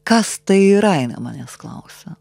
kas tai yra jinai manęs klausia